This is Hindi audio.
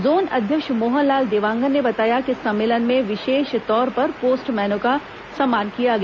जोन अध्यक्ष मोहनलाल देवांगन ने बताया कि इस सम्मेलन में विशेष तौर पर पोस्टमैन का सम्मान किया गया